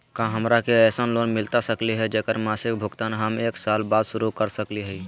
का हमरा के ऐसन लोन मिलता सकली है, जेकर मासिक भुगतान हम एक साल बाद शुरू कर सकली हई?